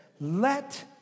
let